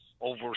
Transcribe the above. over